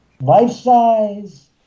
life-size